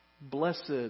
Blessed